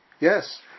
yes